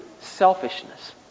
Selfishness